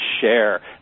share